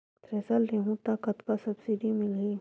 Thresher लेहूं त कतका सब्सिडी मिलही?